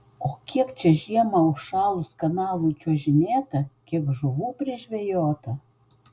o kiek čia žiemą užšalus kanalui čiuožinėta kiek žuvų prižvejota